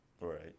right